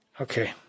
Okay